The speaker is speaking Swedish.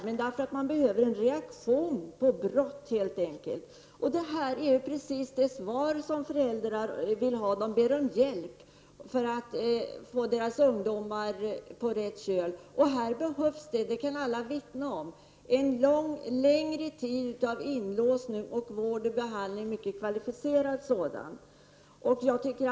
Men vi behöver helt enkelt en reaktion mot brott. Detta är också precis det svar som föräldrar vill ha. De ber om hjälp för att få sina ungdomar på rätt köl. Det behövs — det kan alla vittna om — en längre tid av inlåsning med mycket kvalificerad vård och behandling.